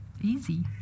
Easy